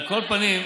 כל פנים,